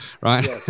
Right